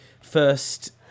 first